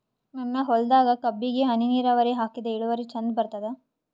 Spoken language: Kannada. ನನ್ನ ಹೊಲದಾಗ ಕಬ್ಬಿಗಿ ಹನಿ ನಿರಾವರಿಹಾಕಿದೆ ಇಳುವರಿ ಚಂದ ಬರತ್ತಾದ?